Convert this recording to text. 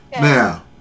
now